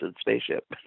spaceship